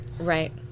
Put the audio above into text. Right